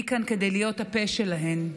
אני כאן כדי להיות הפה שלהן.